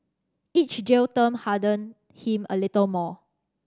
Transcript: each jail term hardened him a little more